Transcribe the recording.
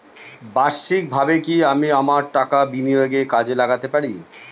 বার্ষিকভাবে কি আমি আমার টাকা বিনিয়োগে কাজে লাগাতে পারি?